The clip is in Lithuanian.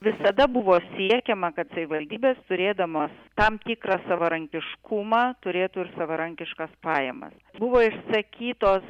visada buvo siekiama kad savivaldybės turėdamos tam tikrą savarankiškumą turėtų ir savarankiškas pajamas buvo išsakytos